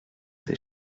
ses